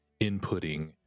inputting